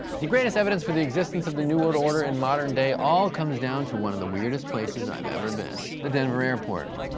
the greatest evidence for the existence of the new world order in modern day all comes down to one of the weirdest places i've ever been, the denver airport.